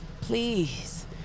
please